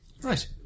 Right